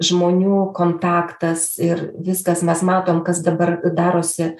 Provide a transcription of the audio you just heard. žmonių kontaktas ir viskas mes matom kas dabar darosi